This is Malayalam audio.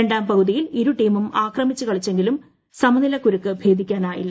രണ്ടാട്ട്ഷക്കുതിയിൽ ഇരുടീമും ആക്രമിച്ച് കളിച്ചെങ്കിലും സമനിലക്കുരുക്ക് ഭേദീക്കാനായില്ല